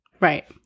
Right